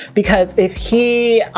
because if he,